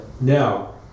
Now